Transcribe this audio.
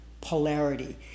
polarity